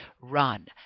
run